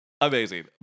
Amazing